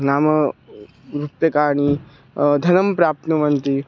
नाम रूप्यकाणि धनं प्राप्नुवन्ति